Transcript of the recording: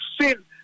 sin